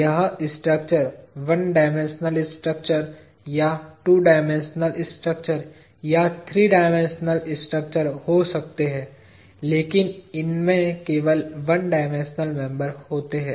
यह structure 1 dimensional structure या 2 dimensional structure या 3 डायमेंशनल स्ट्रक्चर हो सकते है लेकिन इनमें केवल 1 डायमेंशनल मेंबर होते हैं